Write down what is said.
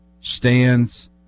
stands